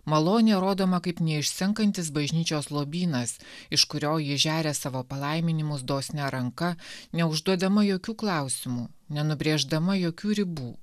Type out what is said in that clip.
malonė rodoma kaip neišsenkantis bažnyčios lobynas iš kurio ji žeria savo palaiminimus dosnia ranka neužduodama jokių klausimų nenubrėždama jokių ribų